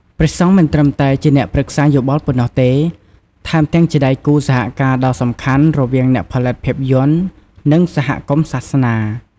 ព្រះសង្ឃមិនត្រឹមតែជាអ្នកប្រឹក្សាយោបល់ប៉ុណ្ណោះទេ ថែមទាំងជាដៃគូសហការណ៍ដ៏សំខាន់ រវាងអ្នកផលិតភាពយន្ត និងសហគមន៍សាសនា។